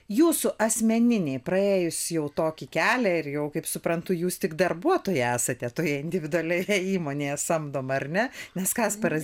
jūsų asmeniniai praėjus jau tokį kelią ir jau kaip suprantu jūs tik darbuotojai esate toje individualioje įmonėje samdoma ar ne nes kasparas